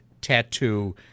tattoo